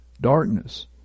darkness